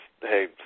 hey